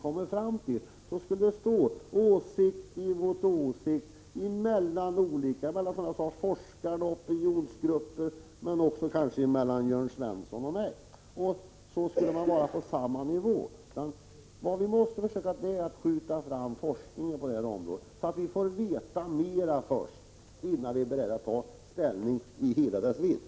Det skulle finnas åsiktsskillnader mellan forskare och opinionsgrupper och kanske också mellan Jörn Svensson och mig. Vi måste i stället försöka skjuta fram forskningen på det här området, så att vi får veta mer, innan vi tar ställning till frågan i hela dess vidd.